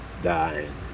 Dying